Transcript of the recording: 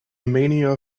mania